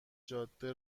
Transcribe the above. جاده